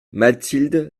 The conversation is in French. mathilde